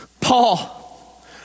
Paul